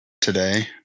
today